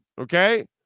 Okay